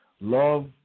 Love